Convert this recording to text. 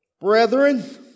Brethren